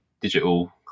digital